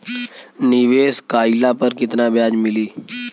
निवेश काइला पर कितना ब्याज मिली?